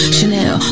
Chanel